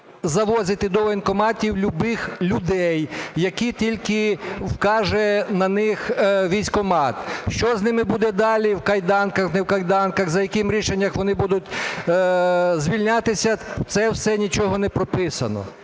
завозити до військкоматів любих людей, на яких тільки вкаже військкомат. Що з ними буде далі – в кайданках, не в кайданках, за яким рішенням вони будуть звільнятися – це все нічого не прописано.